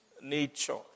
nature